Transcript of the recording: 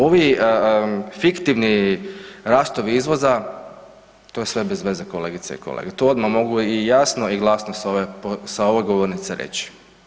Ovi fiktivni rastovi izvoza to je sve bezveze kolegice i kolege, tu odmah mogu i jasno i glasno s ove govornice reći.